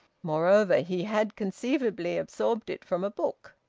moreover, he had conceivably absorbed it from a book.